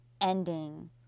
ending